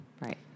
Right